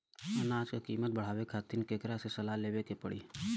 अनाज क कीमत बढ़ावे खातिर केकरा से सलाह लेवे के पड़ी?